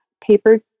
paper